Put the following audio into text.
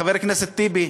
חבר הכנסת טיבי,